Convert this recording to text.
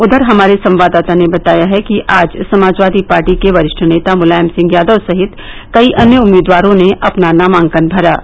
उधर हमारे संवाददाता ने बताया है कि आज समाजवादी पार्टी के वरिष्ठ नेता मुलायम सिंह यादव सहित कई अन्य उम्मीदवारों ने अपना नामांकन भरा है